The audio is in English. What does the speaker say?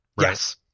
Yes